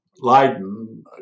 Leiden